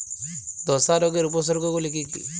ধসা রোগের উপসর্গগুলি কি কি?